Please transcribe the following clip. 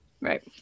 right